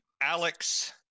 Alex